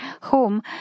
home